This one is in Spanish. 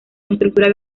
estructura